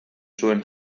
zuen